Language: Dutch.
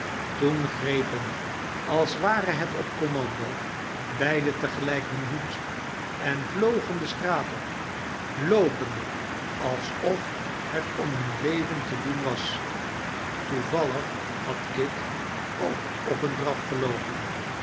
toen grepen als ware het op commando beide te gelijk nun hoed en vlogen de straat op loopende alsof het om hun leven te doen was toevallig had kit ook op een draf geloopen